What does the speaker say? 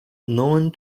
known